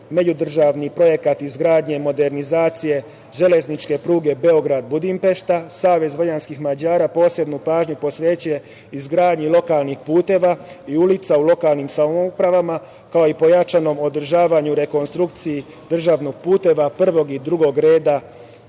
međudržavni projekata izgradnje i modernizacije železničke pruge Beograd – Budimpešta, Savez vojvođanskih Mađara posebnu pažnju posvećuje izgradnji lokalnih puteva i ulica u lokalnim samoupravama, kao i pojačanom održavanju i rekonstrukciji državnih puteva prvog i drugog reda